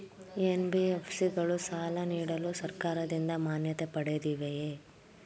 NBFC ಗಳು ಸಾಲ ನೀಡಲು ಸರ್ಕಾರದಿಂದ ಮಾನ್ಯತೆ ಪಡೆದಿವೆಯೇ?